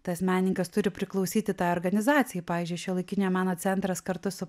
tas menininkas turi priklausyti tai organizacijai pavyzdžiui šiuolaikinio meno centras kartu su